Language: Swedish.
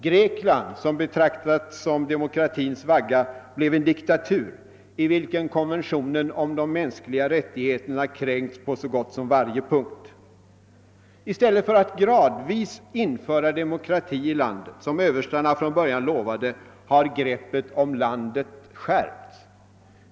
Grekland, som betecknats som demokratins vagga, blev en diktatur, i vilken konventionen om de mänskliga rättigheterna kränkts på så gott som varje punkt. I stället för att gradvis införa demokrati i landet, något som överstarna från början lovade, har greppet om landet skärpts.